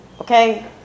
Okay